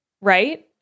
right